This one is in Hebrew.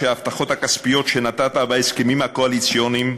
שההבטחות הכספיות שנתת בהסכמים הקואליציוניים,